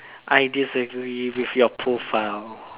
I disagree with your profile